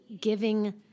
giving